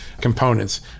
components